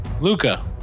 Luca